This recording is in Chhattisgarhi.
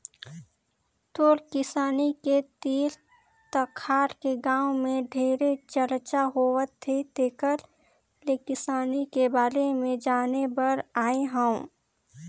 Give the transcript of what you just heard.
तोर किसानी के तीर तखार के गांव में ढेरे चरचा होवथे तेकर ले किसानी के बारे में जाने बर आये हंव